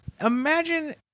imagine